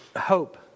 hope